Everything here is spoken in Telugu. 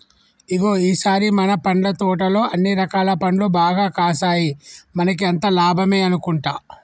ఇగో ఈ సారి మన పండ్ల తోటలో అన్ని రకాల పండ్లు బాగా కాసాయి మనకి అంతా లాభమే అనుకుంటా